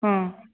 ਹਾਂ